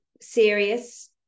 serious